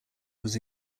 was